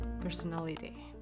personality